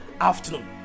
afternoon